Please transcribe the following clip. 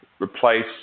replace